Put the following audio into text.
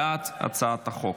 בעד הצעת החוק.